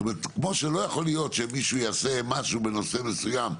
כמו שלא יכול להיות שמישהו יעשה משהו בנושא מסוים,